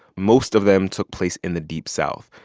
most of them took place in the deep south.